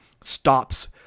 stops